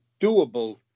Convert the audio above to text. doable